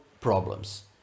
problems